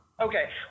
Okay